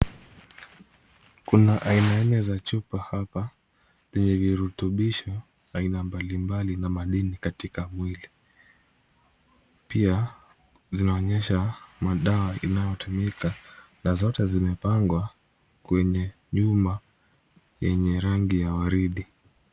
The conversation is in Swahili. Kuna aina nne za chupa hapa zenye virutubisho aina mbalimbali na madini katika mwili, pia zinaonyesha madawa inayotumika na zote zimepangwa kwenye nyuma yenye rangi ya waridi.